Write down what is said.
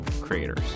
creators